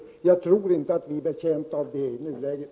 Jag tror inte att vi är betjänta av det i nuläget.